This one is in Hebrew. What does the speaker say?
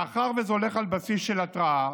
מאחר שזה הולך על בסיס של התראה,